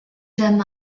them